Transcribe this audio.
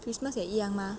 christmas 也一样嘛